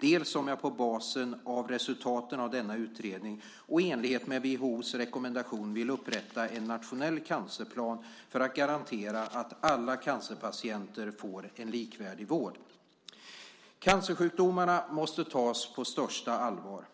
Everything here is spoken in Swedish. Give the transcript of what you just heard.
dels om jag på basen av resultaten av denna utredning och i enlighet med WHO:s rekommendation vill upprätta en nationell cancerplan för att garantera att alla cancerpatienter får en likvärdig vård. Cancersjukdomarna måste tas på största allvar.